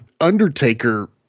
undertaker